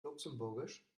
luxemburgisch